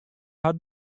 har